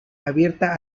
abierta